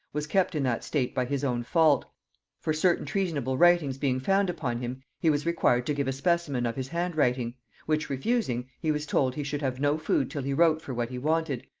was kept in that state by his own fault for certain treasonable writings being found upon him, he was required to give a specimen of his handwriting which refusing, he was told he should have no food till he wrote for what he wanted,